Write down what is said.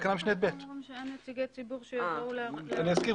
אני אזכיר,